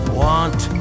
want